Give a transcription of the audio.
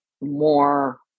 more